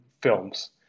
films